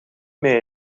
mee